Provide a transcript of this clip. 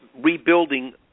rebuilding